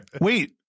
wait